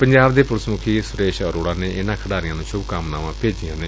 ਪੰਜਾਬ ਦੇ ਪੁਲਿਸ ਮੁਖੀ ਸੁਰੇਸ਼ ਅਰੋੜਾ ਨੇ ਇਨ੍ਨਾਂ ਖਿਡਾਰੀਆਂ ਨ੍ਨ ਸੁਭ ਕਾਮਨਾਵਾਂ ਭੇਜੀਆਂ ਨੇ